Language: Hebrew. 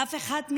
שאף אחת מאיתנו,